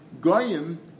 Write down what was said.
Goyim